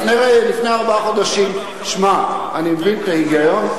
לפני ארבעה חודשים: אני מבין את ההיגיון,